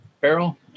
barrel